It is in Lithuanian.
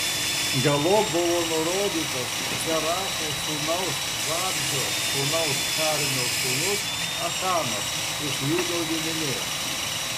galop buvo nurodytas zeracho sūnaus zabdžio sūnaus karmio sūnus achanas iš judo giminės